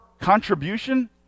contribution